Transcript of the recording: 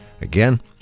Again